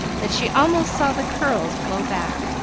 that she almost saw the curls blow back,